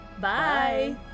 Bye